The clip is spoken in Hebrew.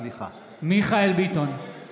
(קורא בשמות חברי הכנסת) מיכאל מרדכי ביטון,